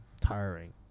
tiring